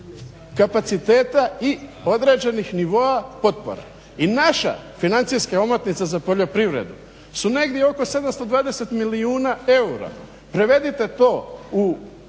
kapaciteta i određenih nivoa potpora. I naša financijska omotnica za poljoprivredu su negdje oko 720 milijuna eura. Prevedite to u